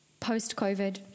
Post-COVID